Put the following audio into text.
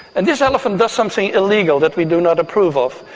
and this elephant does something illegal that we do not approve of,